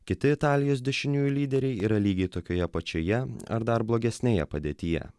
kiti italijos dešiniųjų lyderiai yra lygiai tokioje pačioje ar dar blogesnėje padėtyje